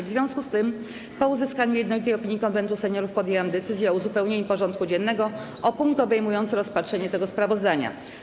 W związku z tym, po uzyskaniu jednolitej opinii Konwentu Seniorów, podjęłam decyzję o uzupełnieniu porządku dziennego o punkt obejmujący rozpatrzenie tego sprawozdania.